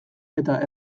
eta